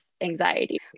anxiety